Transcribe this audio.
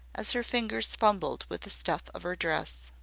as her fingers fumbled with the stuff of her dress.